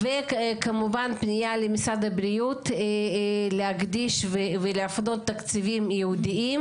כמובן פנייה למשרד הבריאות להקדיש ולהפנות תקציבים ייעודיים